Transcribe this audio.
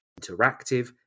interactive